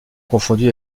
confondus